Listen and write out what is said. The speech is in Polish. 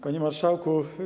Panie Marszałku!